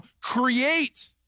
create